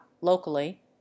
locally